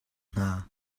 hna